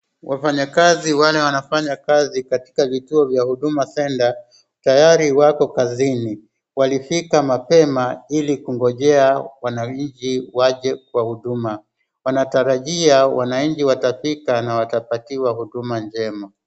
Wafanyakazi wale wanafanya kazi katika vituo vya Huduma center tayari wako kazini. Walifika mapema ili kungojea wananchi waje kwa huduma. Wanatarajia wananchi watafika na watapatiwa huduma jema.